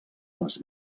les